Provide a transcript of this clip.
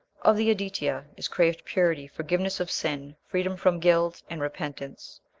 of the aditya is craved purity, forgiveness of sin, freedom from guilt, and repentance.